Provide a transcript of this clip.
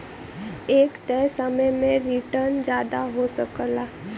एक तय समय में रीटर्न जादा हो सकला